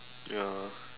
ya